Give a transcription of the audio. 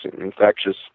infectious